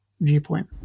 viewpoint